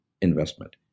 investment